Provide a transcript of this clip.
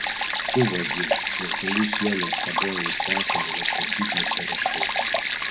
tu vagie ir kelių sienos kabojo įsakymai ir taisyklių sąrašai